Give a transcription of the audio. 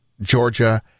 Georgia